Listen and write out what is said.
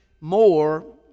more